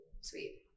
Sweet